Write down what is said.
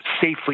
safely